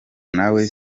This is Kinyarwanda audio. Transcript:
nawe